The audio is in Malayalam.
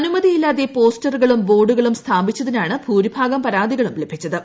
അനുമതിയില്ലാതെ പോസ്റ്ററുകളും ബോർഡുകളും സ്ഥാപിച്ചതിനാണ് ഭൂരിഭാഗം പരാതികളും ലഭിച്ചത്